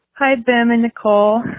hide them in the coal.